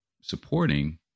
supporting